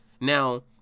Now